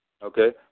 Okay